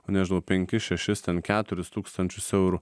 nežinau penkis šešis ten keturis tūkstančius eurų